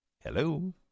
Hello